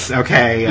okay